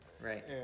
right